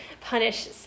punish